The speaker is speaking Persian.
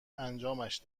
انجامش